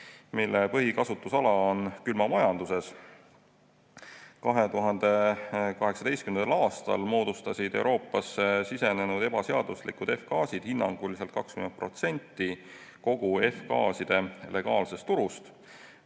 mille põhikasutusala on külmamajanduses. 2018. aastal moodustasid Euroopasse [toimetatud] ebaseaduslikud F-gaasid hinnanguliselt 20% kogu F-gaaside legaalsest turust,